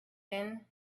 thin